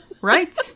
right